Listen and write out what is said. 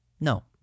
No